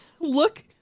look